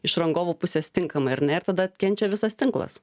iš rangovų pusės tinkamai ar ne ir tada kenčia visas tinklas